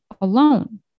alone